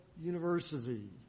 University